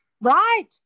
Right